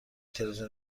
تلویزیون